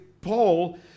Paul